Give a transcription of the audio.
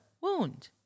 wound